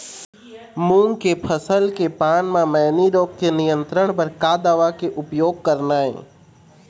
मूंग के फसल के पान म मैनी रोग के नियंत्रण बर का दवा के उपयोग करना ये?